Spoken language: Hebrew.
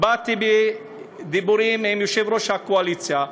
באתי בדיבורים עם יושב-ראש הקואליציה.